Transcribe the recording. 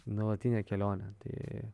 nuolatinė kelionė tai